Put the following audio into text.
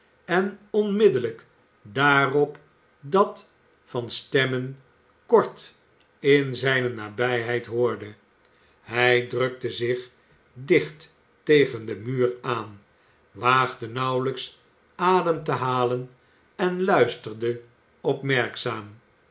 en onmiddellijk daarop dat van stemmen kort in zijne nabijheid hoorde hij drukte zich dicht tegen den muur aan waagde nauwelijks adem te halen en luisterde